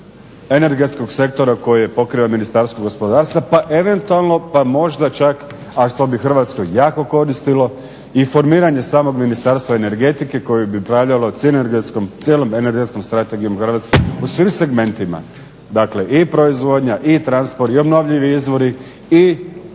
energetskog sektora koji je pokrio Ministarstvo gospodarstva pa eventualno, pa možda čak a što bi Hrvatskoj jako koristilo i formiranje samog ministarstva i energetike koje bi upravljalo sinergetskom, cijelom energetskom strategijom Hrvatske u svim segmentima. Dakle, i proizvodnja, i transport, i obnovljivi izvori i